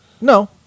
No